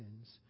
sins